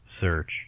search